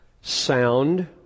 Sound